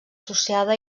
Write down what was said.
associada